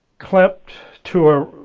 clipped to a